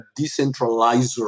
decentralizer